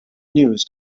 news